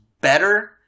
better